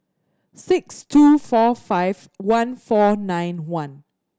six two four five one four nine one